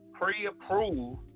pre-approved